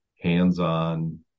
hands-on